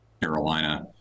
Carolina